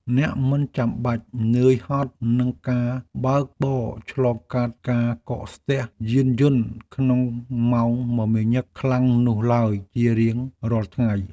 អ្នកមិនចាំបាច់នឿយហត់នឹងការបើកបរឆ្លងកាត់ការកកស្ទះយានយន្តក្នុងម៉ោងមមាញឹកខ្លាំងនោះឡើយជារៀងរាល់ថ្ងៃ។